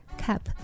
cap